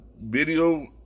video